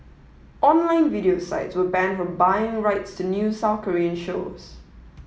online video sites were banned from buying rights to new South Korean shows